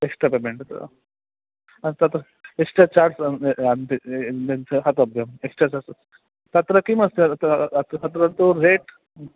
extra payment ता तत् extra charge दातव्यम् एक्स्टा तत् तत्र किमस्ति अत्र तु रेट्